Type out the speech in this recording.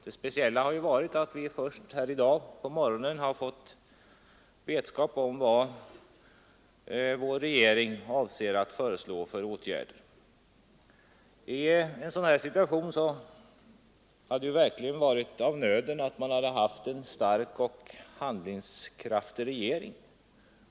Det speciella har varit att vi först i dag på morgonen har fått vetskap om vad vår regering avser att föreslå för åtgärder. I en sådan här situation hade det verkligen varit av nöden att vi hade haft en stark och handlingskraftig regering.